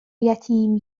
یتیم